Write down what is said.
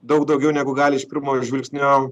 daug daugiau negu gali iš pirmo žvilgsnio